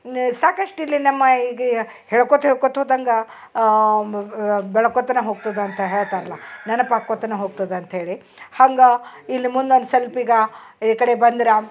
ಇನ್ನು ಸಾಕಷ್ಟು ಇಲ್ಲಿ ನಮ್ಮ ಈಗ ಹೇಳ್ಕೊತ ಹೇಳ್ಕೊತ ಹೋದಂಗ ಬೆಳ್ಕೊತನ ಹೋಗ್ತದಂಥ ಹೇಳ್ತಾರಲ್ಲಾ ನೆನಪು ಆಕ್ಕೊತನ ಹೋಗ್ತದಂತ್ಹೇಳಿ ಹಂಗೆ ಇಲ್ಲಿ ಮುಂದೊಂದು ಸಲ್ಪ ಈಗ ಈ ಕಡೆ ಬಂದ್ರ